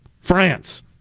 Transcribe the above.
France